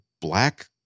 black